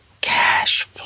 Cash